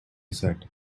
said